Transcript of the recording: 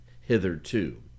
hitherto